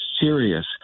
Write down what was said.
serious